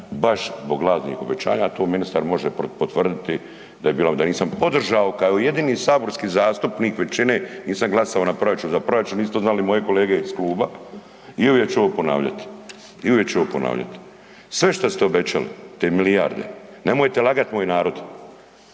Baš zbog lažnih obećanja, a to ministar može potvrditi, da je …/nerazumljivo/… da nisam podržao kao jedini saborski zastupnik većine nisam glasao na proračun, za proračun nisu to znali moje kolege iz kluba i uvijek ću ovo ponavljati i uvijek ću ovo ponavljati, sve što ste obećali te milijarde nemojte lagat moj narod,